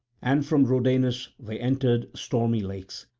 and from rhodanus they entered stormy lakes,